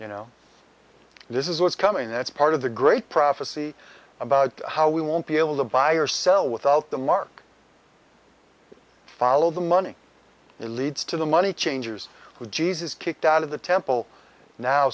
you know this is what's coming that's part of the great prophecy about how we won't be able to buy or sell without the mark follow the money it leads to the money changers who jesus kicked out of the temple now